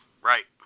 Right